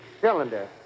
cylinder